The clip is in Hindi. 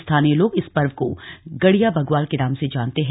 स्थानीय लोग इस पर्व को श्गड़िया बग्वालश के नाम से जानते हैं